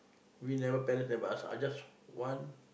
we never parents have asked I just want